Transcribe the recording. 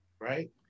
right